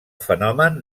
fenomen